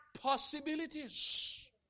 possibilities